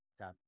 okay